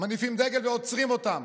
מניפים דגל, ועוצרים אותם.